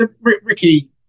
Ricky